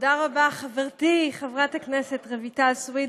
תודה רבה, חברתי חברת הכנסת רויטל סויד.